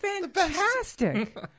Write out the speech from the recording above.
fantastic